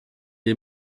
est